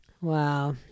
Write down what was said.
Wow